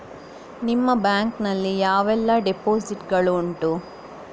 ನಿಮ್ಮ ಬ್ಯಾಂಕ್ ನಲ್ಲಿ ಯಾವೆಲ್ಲ ಡೆಪೋಸಿಟ್ ಗಳು ಉಂಟು?